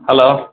hello